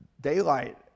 daylight